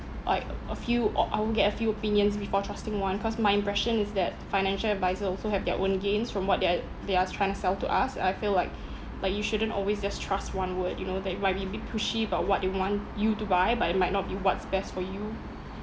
like a few or I will get a few opinions before trusting one cause my impression is that financial adviser also have their own gains from what they are they are trying to sell to us and I feel like like you shouldn't always just trust one word you know that they might be a bit pushy about what they want you to buy but it might not be what's best for you